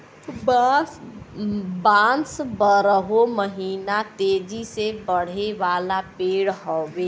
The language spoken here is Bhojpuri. बांस बारहो महिना तेजी से बढ़े वाला पेड़ हउवे